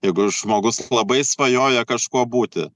jeigu žmogus labai svajoja kažkuo būti